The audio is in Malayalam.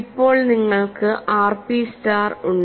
ഇപ്പോൾ നിങ്ങൾക്ക് ആർപി സ്റ്റാർ ഉണ്ട്